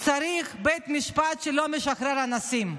צריך בית משפט שלא משחרר אנסים.